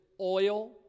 oil